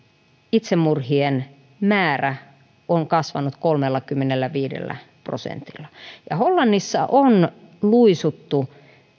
itsemurhien määrä on kasvanut kolmellakymmenelläviidellä prosentilla hollannissa on luisuttu